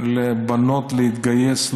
לבנות להתגייס,